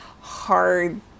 hard